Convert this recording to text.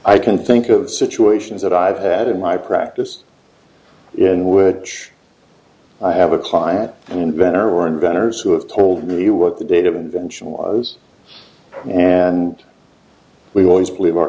i can think of situations that i've had in my practice in would i have a client an inventor or inventors who have told me what the date of invention was and we always believe our